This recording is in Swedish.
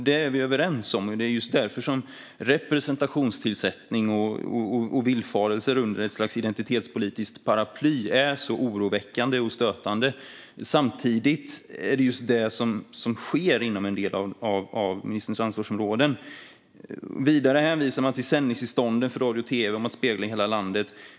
Detta är vi överens om, och det är just därför som representationstillsättning och villfarelser under ett slags identitetspolitiskt paraply är så oroväckande och stötande. Samtidigt är det just detta som sker inom en del av ministerns ansvarsområden. Vidare hänvisar man till sändningstillstånden för radio och tv, där det talas om att spegla hela landet.